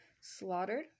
slaughtered